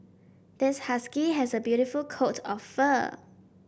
this husky has a beautiful coat of fur